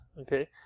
okay